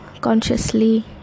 consciously